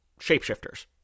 shapeshifters